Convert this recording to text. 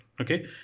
okay